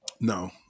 No